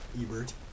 Ebert